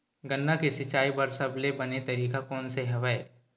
गन्ना के सिंचाई बर सबले बने तरीका कोन से हवय?